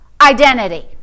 identity